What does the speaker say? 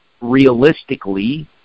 realistically